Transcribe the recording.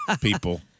People